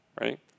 right